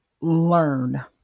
learn